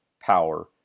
power